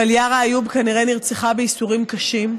אבל יארא איוב כנראה נרצחה בייסורים קשים.